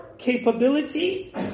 capability